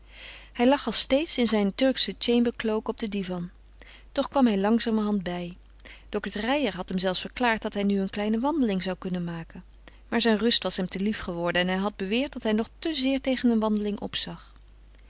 hij lag als steeds in zijn turkschen chambercloak op den divan toch kwam hij langzamerhand bij dokter reijer had hem zelfs verklaard dat hij nu een kleine wandeling zou kunnen maken maar zijne rust was hem te lief geworden en hij had beweerd dat hij nog te zeer tegen een wandeling opzag